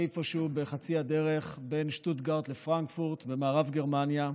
איפשהו בחצי הדרך בין שטוטגרט לפרנקפורט במערב גרמניה.